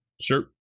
Sure